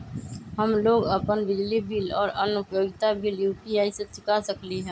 हम लोग अपन बिजली बिल और अन्य उपयोगिता बिल यू.पी.आई से चुका सकिली ह